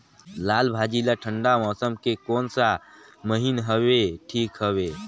लालभाजी ला ठंडा मौसम के कोन सा महीन हवे ठीक हवे?